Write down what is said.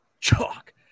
Chalk